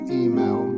email